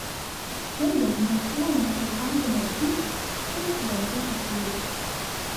šiandien niokojama ir vagiama visa kas po ranka pakliūva